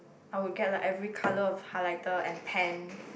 I would get like every colour of highlighter and pen